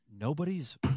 nobody's